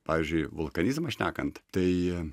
pavyzdžiui vulkanizmą šnekant tai